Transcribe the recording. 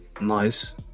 Nice